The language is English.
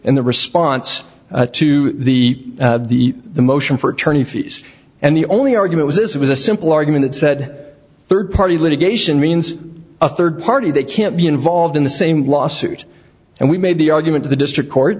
and the sponsors to the the the motion for attorney fees and the only argument was it was a simple argument and said third party litigation means a third party that can't be involved in the same lawsuit and we made the argument to the district court